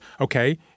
okay